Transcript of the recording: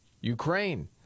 Ukraine